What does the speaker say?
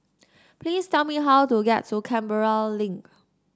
please tell me how to get to Canberra Link